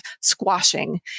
squashing